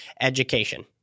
education